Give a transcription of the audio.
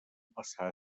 passar